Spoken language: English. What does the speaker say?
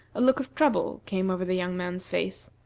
a look of trouble came over the young man's face.